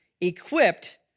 equipped